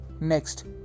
Next